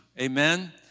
Amen